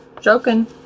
joking